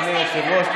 אדוני היושב-ראש.